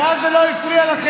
לא סומכים, ואז זה לא הפריע לכם.